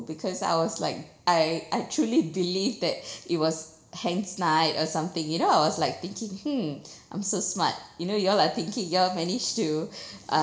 because I was like I actually believed that it was tense night or something you know I was like thinking hmm I'm so smart you know you all are thinking you all managed to uh